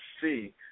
see